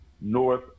North